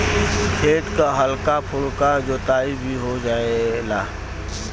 खेत क हल्का फुल्का जोताई भी हो जायेला